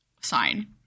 sign